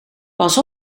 pas